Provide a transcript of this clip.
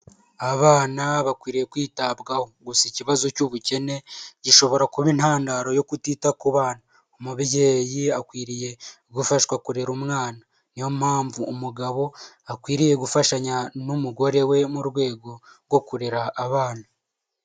Abana bakwiriye kwitabwaho gusa ikibazo cy'ubukene, gishobora kuba intandaro yo kutita ku bana. Umubyeyi akwiriye gufashwa kurera umwana, niyo mpamvu umugabo akwiriye gufashanya n'umugore we mu rwego rwo kurera abana.